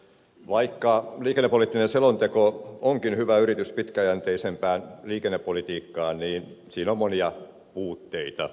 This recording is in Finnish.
vaikka liikennepoliittinen selonteko onkin hyvä yritys pitkäjänteisempään liikennepolitiikkaan siinä on monia puutteita